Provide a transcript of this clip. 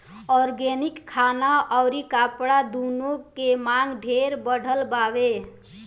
organic खाना अउरी कपड़ा दूनो के मांग ढेरे बढ़ल बावे